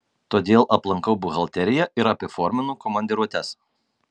todėl aplankau buhalteriją ir apiforminu komandiruotes